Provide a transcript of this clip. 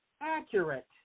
accurate